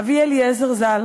אבי אליעזר ז"ל